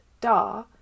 DA